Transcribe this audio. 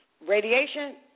radiation